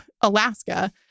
Alaska